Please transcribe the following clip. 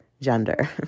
gender